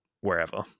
wherever